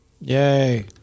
Yay